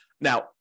now